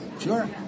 sure